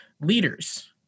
leaders